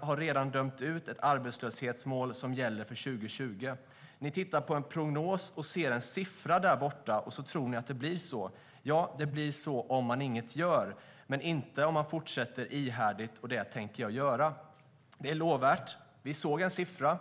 har redan dömt ut ett arbetslöshetsmål som gäller för 2020. Ni tittar på en prognos och ser en siffra där borta, och så tror ni att det blir så. Ja, det blir så om man inget gör, men inte om man fortsätter ihärdigt, och det tänker jag göra. Det är lovvärt. Vi såg en siffra.